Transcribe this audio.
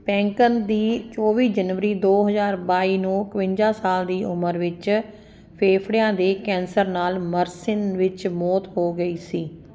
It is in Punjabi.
ਪੈਂਕਨ ਦੀ ਚੌਵੀ ਜਨਵਰੀ ਦੋ ਹਜ਼ਾਰ ਬਾਈ ਨੂੰ ਇਕਵੰਜਾ ਸਾਲ ਦੀ ਉਮਰ ਵਿੱਚ ਫੇਫੜਿਆਂ ਦੇ ਕੈਂਸਰ ਨਾਲ ਮਰਸਿਨ ਵਿੱਚ ਮੌਤ ਹੋ ਗਈ ਸੀ